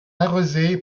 arrosée